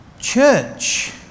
Church